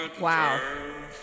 Wow